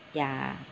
ya